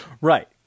right